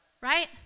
Right